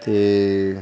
ਅਤੇ